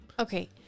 Okay